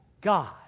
God